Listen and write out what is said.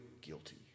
guilty